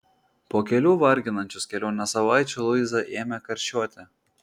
po kelių varginančios kelionės savaičių luiza ėmė karščiuoti